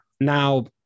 Now